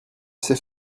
sait